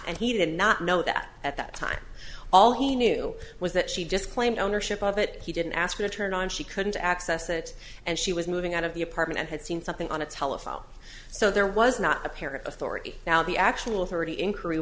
and he did not know that at that time all he knew was that she just claimed ownership of it he didn't ask her to turn on she couldn't access it and she was moving out of the apartment and had seen something on a telephone so there was not a parent authority now the actual authority in